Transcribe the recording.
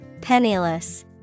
Penniless